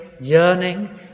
yearning